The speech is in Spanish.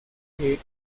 que